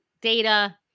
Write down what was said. data